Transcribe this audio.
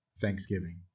Thanksgiving